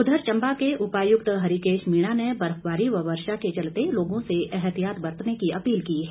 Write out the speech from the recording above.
उधर चंबा के उपायुक्त हरिकेष मीणा ने बर्फबारी व वर्षा के चलते लोगों से एहतियात बरतने की अपील की है